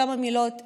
כמה מילים בערבית: